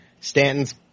stanton's